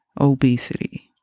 obesity